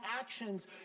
actions